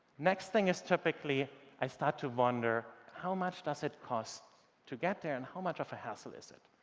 next thing is typically i start to wonder how much does it cost to get there and how much of a hassle is it?